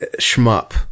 shmup